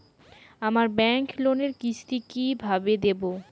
আমার ব্যাংক লোনের কিস্তি কি কিভাবে দেবো?